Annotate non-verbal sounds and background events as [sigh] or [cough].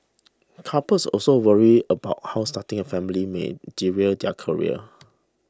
[noise] couples also worry about how starting a family may derail their careers [noise]